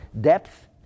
depth